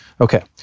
Okay